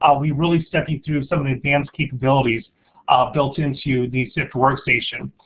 ah we really stepping through some of the advanced capabilities built into the sift workstation.